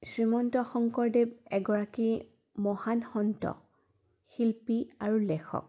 শ্ৰীমন্ত শংকৰদেৱ এগৰাকী মহান সন্ত শিল্পী আৰু লেখক